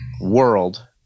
world